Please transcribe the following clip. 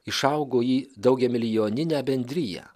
išaugo į daugiamilijoninę bendriją